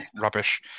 rubbish